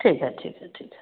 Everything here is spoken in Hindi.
ठीक है ठीक है ठीक है